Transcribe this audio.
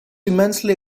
immensely